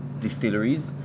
distilleries